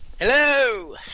Hello